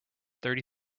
thirty